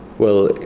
well,